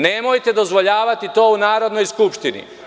Nemojte dozvoljavati to u Narodnoj skupštini.